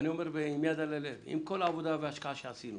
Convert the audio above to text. ואני אומר עם יד על הלב: עם כל העבודה וההשקעה שעשינו